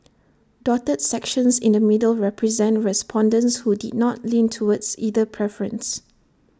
dotted sections in the middle represent respondents who did not lean towards either preference